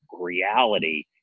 reality